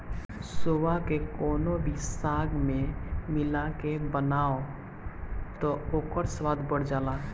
सोआ के कवनो भी साग में मिला के बनाव तअ ओकर स्वाद बढ़ जाला